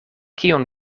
kion